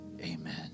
Amen